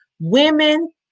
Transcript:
women